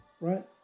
right